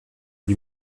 lui